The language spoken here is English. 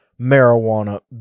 marijuana